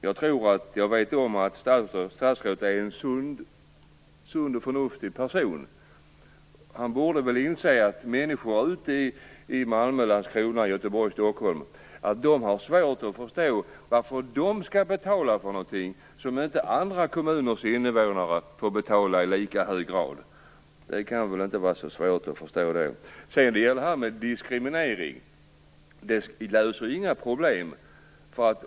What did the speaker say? Jag vet att statsrådet är en sund och förnuftig person, och han borde inse att människor i Malmö, Landskrona, Göteborg och Stockholm har svårt att förstå varför de skall betala för någonting som andra kommuners invånare inte betalar i lika hög grad. Diskriminering löser inga problem.